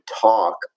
talk